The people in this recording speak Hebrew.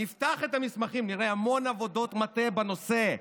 נפתח את המסמכים ונראה המון עבודות מטה בנושא,